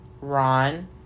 Ron